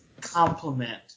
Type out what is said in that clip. complement